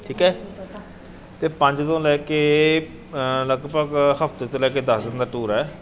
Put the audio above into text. ਠੀਕ ਹੈ ਅਤੇ ਪੰਜ ਤੋਂ ਲੈ ਕੇ ਲਗਭਗ ਹਫ਼ਤੇ ਤੋਂ ਲੈ ਕੇ ਦਸ ਦਿਨ ਦਾ ਟੂਰ ਹੈ